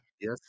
Yes